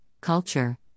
culture